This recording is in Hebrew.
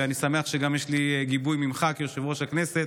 ואני שמח שגם יש לי גיבוי ממך כיושב-ראש הכנסת,